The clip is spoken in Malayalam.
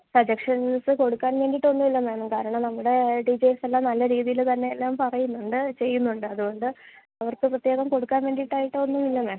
സജഷൻസ് കൊടുക്കാൻ വേണ്ടിയിട്ടൊന്നുമില്ല മാം കാരണം നമ്മുടെ ടീച്ചേഴ്സെല്ലാം നല്ല രീതിയിൽത്തന്നെ എല്ലാം പറയുന്നുണ്ട് ചെയ്യുന്നുണ്ട് അതുകൊണ്ട് അവർക്ക് പ്രത്യേകം കൊടുക്കാൻ വേണ്ടിയിട്ടായിട്ടൊന്നുമില്ല മാം